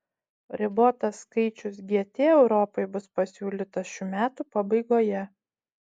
ribotas skaičius gt europai bus pasiūlytas šių metų pabaigoje